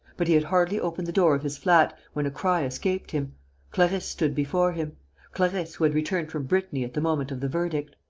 but he had hardly opened the door of his flat, when a cry escaped him clarisse stood before him clarisse, who had returned from brittany at the moment of the verdict.